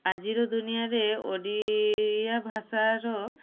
ଆଜିର ଦୁନିଆରେ ଓଡ଼ିଆ ଭାଷାର